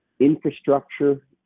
infrastructure